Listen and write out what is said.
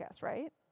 right